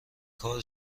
کار